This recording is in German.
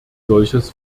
solches